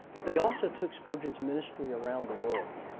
but they also took spurgeon's ministry around the world.